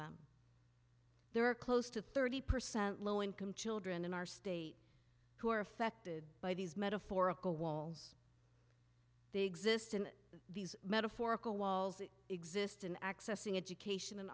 them there are close to thirty percent low income children in our state who are affected by these metaphorical walls they exist in these metaphorical walls that exist in accessing education and